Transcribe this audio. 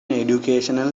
educational